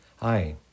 Hi